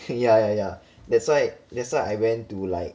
yeah yeah yeah that's why that's why I went to like